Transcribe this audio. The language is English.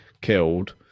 killed